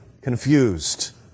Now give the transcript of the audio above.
confused